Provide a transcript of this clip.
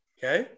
Okay